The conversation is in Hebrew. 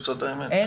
זאת האמת.